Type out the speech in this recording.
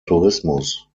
tourismus